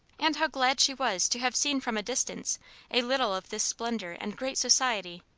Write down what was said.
and how glad she was to have seen from a distance a little of this splendour and great society,